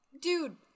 Dude